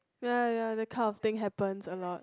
ya ya ya that kind of thing happens a lot